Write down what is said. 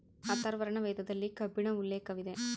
ಅಥರ್ವರ್ಣ ವೇದದಲ್ಲಿ ಕಬ್ಬಿಣ ಉಲ್ಲೇಖವಿದೆ